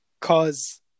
cause